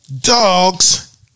dogs